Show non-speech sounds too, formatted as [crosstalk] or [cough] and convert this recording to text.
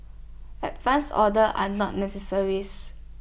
advance orders are not [unintelligible]